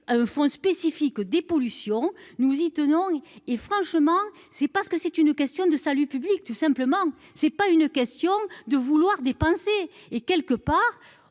des fonds spécifiques dépollution nous y tenons et franchement c'est pas ce que c'est une question de salut public, tout simplement, c'est pas une question de vouloir dépenser et quelque part,